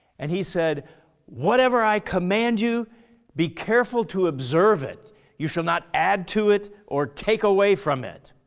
and he said whatever i command you be careful to observe it you shall not add to it or take away from it.